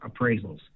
appraisals